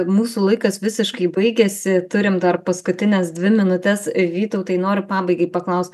mūsų laikas visiškai baigiasi turim dar paskutines dvi minutes vytautai noriu pabaigai paklaust